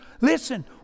Listen